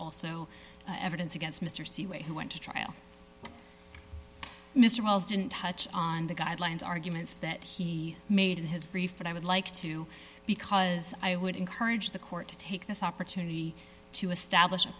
also evidence against mr c way who went to trial mr wells didn't touch on the guidelines arguments that he made in his brief but i would like to because i would encourage the court to take this opportunity to establish a